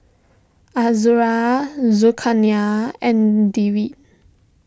Azura Zulkarnain and Dewi